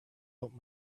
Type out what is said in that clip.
out